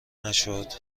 نشد